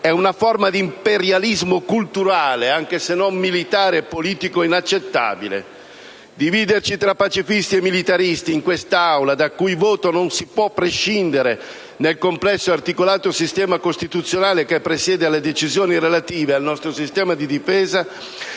è una forma di imperialismo culturale, anche se non militare e politico, inaccettabile. Dividerci tra pacifisti e militaristi in questa Aula, dal cui voto non si può prescindere nel complesso ed articolato sistema costituzionale che presiede alle decisioni relative al nostro sistema di difesa,